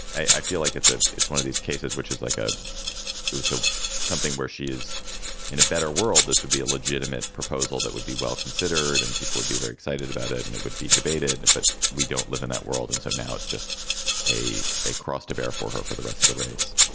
i feel like it's a it's one of these cases, which is like a two something where she is in a better world. this would be a legitimate proposal that would be well considered and people would be very excited about it and it would be debated. but we don't live in that world. and so now it's just a a cross to bear for her for the rest of the race